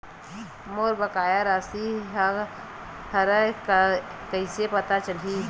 मोर बकाया राशि का हरय कइसे पता चलहि?